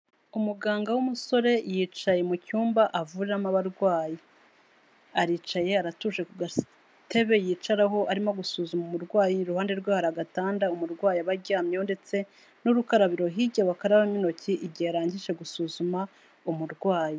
Umuganga w'umusore yicaye mu cyumba avuriramo abarwayi, aricaye aratuje ku gatebe yicaraho arimo gusuzuma umurwayi, iruhande rwe hari agatanda umurwayi aba aryamyeho ndetse n'urukarabiro hirya bakarabamo intoki igihe arangije gusuzuma umurwayi.